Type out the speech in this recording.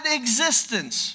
existence